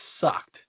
sucked